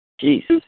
Jesus